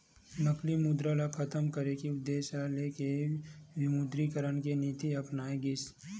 नकली मुद्रा ल खतम करे के उद्देश्य ल लेके विमुद्रीकरन के नीति अपनाए गिस